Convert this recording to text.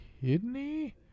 kidney